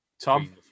Tom